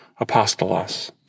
apostolos